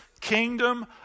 kingdom